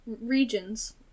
regions